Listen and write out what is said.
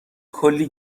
کلی